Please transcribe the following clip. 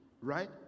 right